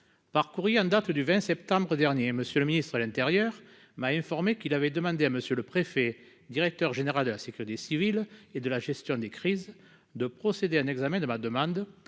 Par courrier en date du 20 septembre dernier, M. le ministre de l'intérieur m'a informé qu'il avait demandé à M. le préfet, directeur général de la sécurité civile et de la gestion des crises, de procéder à un examen de ma demande